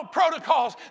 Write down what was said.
protocols